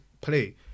play